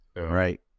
Right